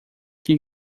que